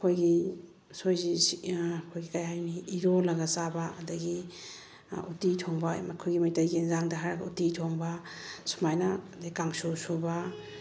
ꯑꯩꯈꯣꯏꯒꯤ ꯎꯁꯣꯏꯁꯦ ꯑꯩꯈꯣꯏꯒꯤ ꯀꯩ ꯍꯥꯏꯅꯤ ꯏꯔꯣꯜꯂꯒ ꯆꯥꯕ ꯑꯗꯒꯤ ꯎꯇꯤ ꯊꯣꯡꯕ ꯑꯩꯈꯣꯏꯒꯤ ꯃꯩꯇꯩꯒꯤ ꯑꯦꯟꯁꯥꯡꯗ ꯍꯥꯏꯔꯒ ꯎꯇꯤ ꯊꯣꯡꯕ ꯁꯨꯃꯥꯏꯅ ꯑꯗꯒꯤ ꯀꯥꯡꯁꯨ ꯁꯨꯕ